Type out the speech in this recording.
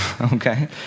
Okay